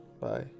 bye